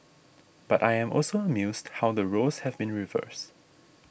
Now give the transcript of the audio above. but I am also amused how the roles have been reversed